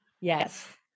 Yes